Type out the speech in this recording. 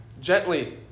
gently